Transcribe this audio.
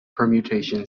permutation